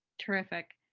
terrific.